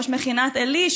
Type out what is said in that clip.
ראש מכינת עלי,